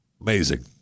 amazing